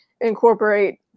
incorporate